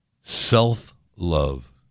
self-love